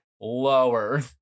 Lower